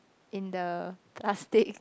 in the plastic